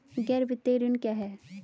गैर वित्तीय ऋण क्या है?